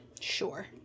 Sure